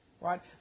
right